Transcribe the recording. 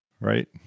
Right